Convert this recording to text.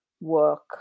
work